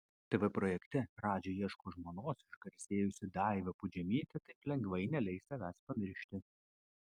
tv projekte radži ieško žmonos išgarsėjusi daiva pudžemytė taip lengvai neleis savęs pamiršti